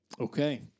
Okay